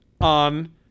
on